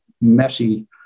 messy